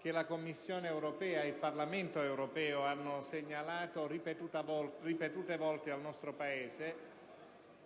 che la Commissione europea e il Parlamento europeo hanno segnalato ripetute volte al nostro Paese